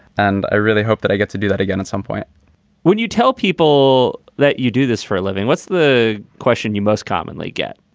and i really hope that i get to do that again at some point when you tell people that you do this for a living, what's the question you most commonly get?